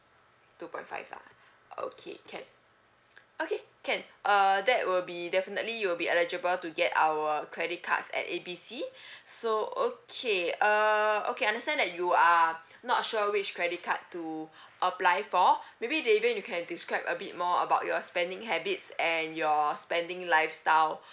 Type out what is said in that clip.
two point five ah okay can okay can uh that will be definitely you'll be eligible to get our credit cards at A B C so okay uh okay understand that you are not sure which credit card to apply for maybe davian you can describe a bit more about your spending habits and your spending lifestyle